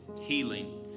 healing